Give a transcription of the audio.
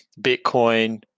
Bitcoin